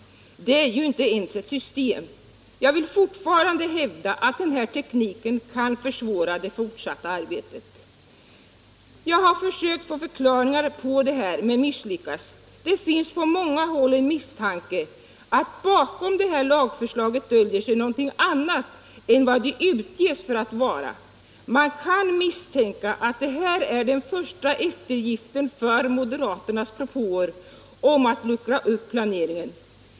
Det är ju inte ens ett system. Jag vill fortfarande hävda att denna teknik kan försvåra det fortsatta arbetet. Jag har försökt få förklaringar på detta, men misslyckats. Det finns på många håll en misstanke att bakom lagförslaget döljer sig något annat än vad det utges för att vara. Man kan misstänka att det är den första eftergiften för moderaternas propåer om att luckra upp planeringen.